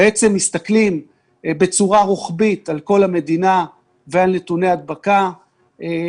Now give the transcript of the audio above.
מסתכלים בצורה רוחבית על כל המדינה ועל נתוני הדבקה,